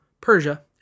Persia